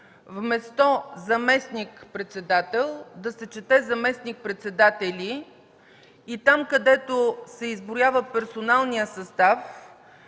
вместо „заместник-председател” да се чете „заместник-председатели” и там, където се изброява персоналният състав,